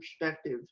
perspective